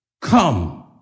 come